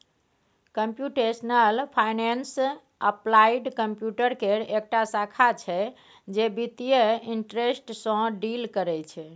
computational finance applied computer केर एकटा शाखा छै जे बित्तीय इंटरेस्ट सँ डील करय छै